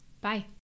Bye